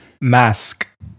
Mask